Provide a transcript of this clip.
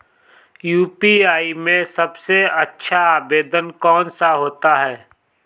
UPI में सबसे अच्छा आवेदन कौन सा होता है?